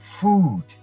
food